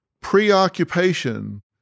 preoccupation